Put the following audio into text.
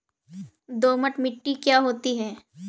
दोमट मिट्टी क्या होती हैं?